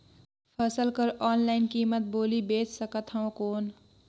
फसल कर ऑनलाइन कीमत बोली बेच सकथव कौन?